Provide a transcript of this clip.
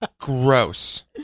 gross